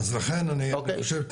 לכן אני חושב,